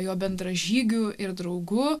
jo bendražygiu ir draugu